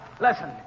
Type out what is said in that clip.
Listen